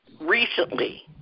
recently